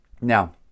Now